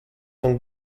von